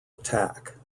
attack